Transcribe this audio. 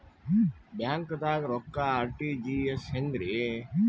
ಬ್ಯಾಂಕ್ದಾಗ ರೊಕ್ಕ ಆರ್.ಟಿ.ಜಿ.ಎಸ್ ಹೆಂಗ್ರಿ?